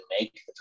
make